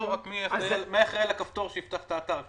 מי אחראי על הכפתור שיפתח את האתר?